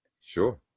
sure